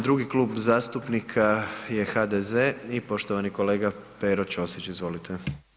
Drugi Klub zastupnika je HDZ i poštovani kolega Pero Ćosić, izvolite.